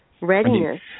readiness